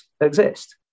exist